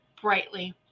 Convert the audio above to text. brightly